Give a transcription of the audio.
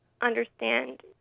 understand